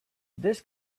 this